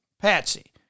Patsy